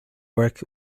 work